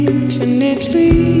Infinitely